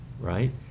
right